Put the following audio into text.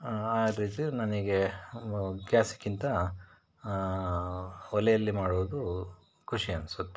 ಆ ರೀತಿ ನನಗೆ ಗ್ಯಾಸ್ಕಿಂತ ಒಲೆಯಲ್ಲಿ ಮಾಡುವುದು ಖುಷಿ ಅನ್ನಿಸುತ್ತೆ